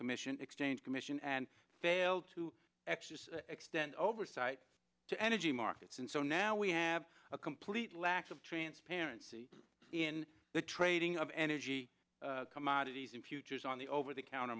commission exchange commission and failed to exercise extent oversight to energy markets and so now we have a complete lack of transparency in the trading of energy commodities in futures on the over the counter